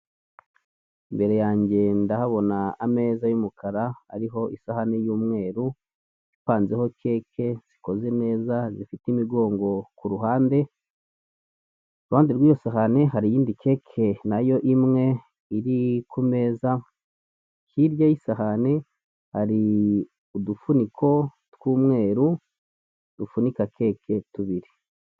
Imbere yanjye ndahabona ameza y'umukara ariho isahani y'umweru ipanzeho keke zikoze neza zifite imigongo ku ruhande, iruhande rw'iyo sahani hari iyindi kake nayo imwe iri kumeza, hirya y'isahani hari udufuniko tw'umweru dufunika keke tubiri.